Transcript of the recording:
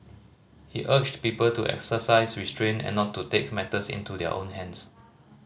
he urged people to exercise restraint and not to take matters into their own hands